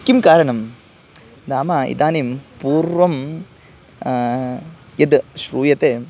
किं कारणं नाम इदानीं पूर्वं यद् श्रूयते